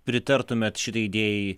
pritartumėt šitai idėjai